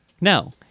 no